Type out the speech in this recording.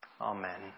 Amen